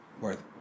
worth